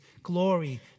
glory